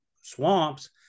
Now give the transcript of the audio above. swamps